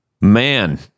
Man